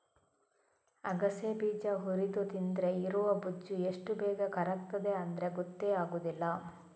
ಅಗಸೆ ಬೀಜ ಹುರಿದು ತಿಂದ್ರೆ ಇರುವ ಬೊಜ್ಜು ಎಷ್ಟು ಬೇಗ ಕರಗ್ತದೆ ಅಂದ್ರೆ ಗೊತ್ತೇ ಆಗುದಿಲ್ಲ